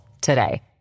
today